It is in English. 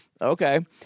Okay